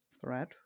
thread